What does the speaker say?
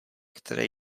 které